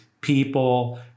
people